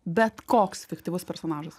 bet koks fiktyvus personažas